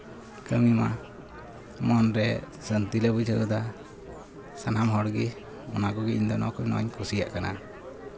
ᱠᱟᱹᱢᱤ ᱢᱟ ᱢᱚᱱᱨᱮ ᱥᱟᱱᱛᱤ ᱞᱮ ᱵᱩᱡᱷᱟᱹᱣ ᱜᱚᱫᱟ ᱥᱟᱱᱟᱢ ᱦᱚᱲᱜᱮ ᱚᱱᱟ ᱠᱚᱜᱮ ᱤᱧᱫᱚ ᱱᱚᱣᱟ ᱠᱚ ᱱᱚᱣᱟᱧ ᱠᱩᱥᱤᱭᱟᱜ ᱠᱟᱱᱟ